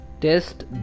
test